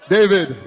David